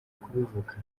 kubivuga